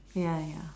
ya ya